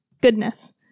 goodness